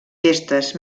gestes